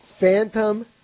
Phantom